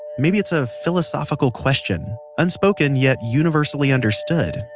maybe it's a philosophical question unspoken yet universally understood,